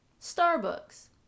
Starbucks